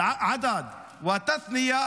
אלעדאד ואלתת'ניא,